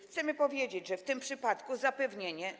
Chcemy powiedzieć, że w tym przypadku zapewnienie.